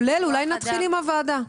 נתחיל אולי עם הוועדה.